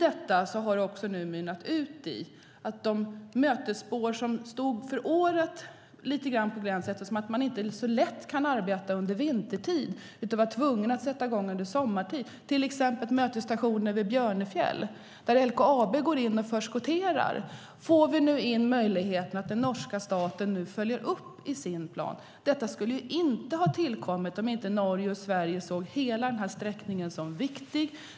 Detta har nu mynnat ut i att för de mötesspår som stod på glänt för året - man kan inte arbeta så lätt under vintertid, utan man var tvungen att sätta i gång under sommartid - till exempel mötesstationen vid Björnefjäll, där LKAB går in och förskotterar, får vi nu möjligheten att den norska staten nu följer upp i sin plan. Detta skulle inte ha tillkommit om inte Norge och Sverige hade sett hela sträckningen som viktig.